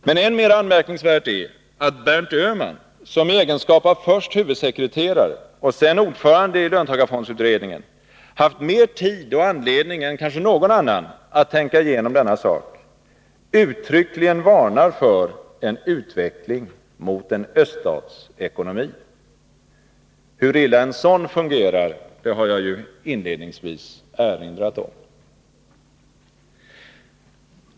Men än mera anmärkningsvärt är att Berndt Öhman, som i egenskap av först huvudsekreterare och sedan ordförande i löntagarfondsutredningen haft mer tid och anledning än kanske någon annan att tänka igenom denna sak, uttryckligen varnar för en utveckling mot en öststatsekonomi. Hur illa en sådan fungerar, det har jag inledningsvis erinrat om.